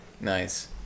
Nice